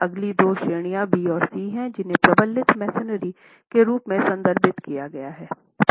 अगली दो श्रेणियां बी और सी हैं जिन्हें प्रबलित मैसनरी के रूप में संदर्भित किया गया है